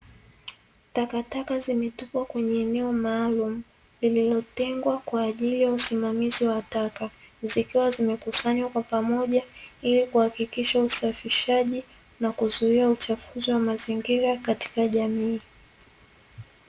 Takataka zimetupwa kwenye eneo maalumu, lililotengwa kwa ajili ya usimamizi wa taka, zikiwa zimekusanywa kwa pamoja ilikuhakikisha usafishaji, na kuzuia uchafuzi wa mazingira katika jamii.